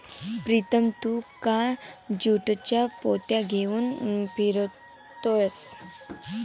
प्रीतम तू का ज्यूटच्या पोत्या घेऊन फिरतोयस